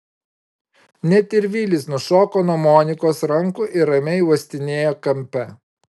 net ir vilis nušoko nuo monikos rankų ir ramiai uostinėjo kampe